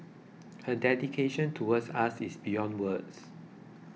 her dedication towards us is beyond words